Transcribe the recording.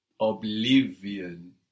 Oblivion